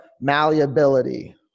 malleability